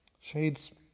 Shades